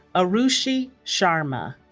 arushi sharma